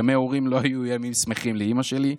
ימי הורים לא היו ימים שמחים לאימא שלי,